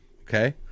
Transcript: Okay